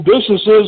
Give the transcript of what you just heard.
businesses